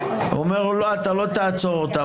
הוא אומר לו: לא, אתה לא תעצור אותם.